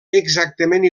exactament